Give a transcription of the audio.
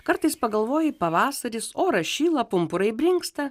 kartais pagalvoji pavasaris oras šyla pumpurai brinksta